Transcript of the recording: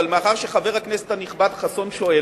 מאחר שחבר הכנסת הנכבד חסון שואל,